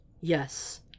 Yes